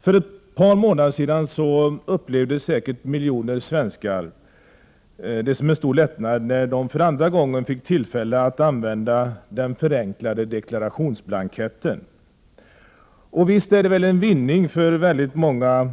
För ett par månader sedan upplevde säkert miljoner svenskar det som en stor lättnad när de för andra gången fick tillfälle att använda den förenklade deklarationsblanketten. Och visst är det väl en vinning för många